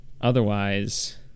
otherwise